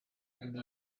and